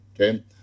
okay